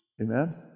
Amen